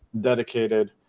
dedicated